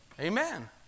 Amen